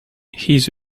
his